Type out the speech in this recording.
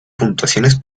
puntuaciones